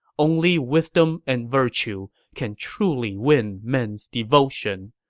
only wisdom and virtue can truly win men's devotion.